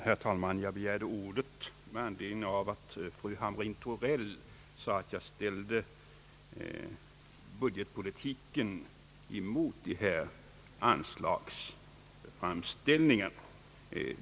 Herr talman! Jag begärde ordet med anledning av fru Hamrin-Thorells påstående att jag ställde budgetpolitiken emot denna anslagsframställning.